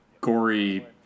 gory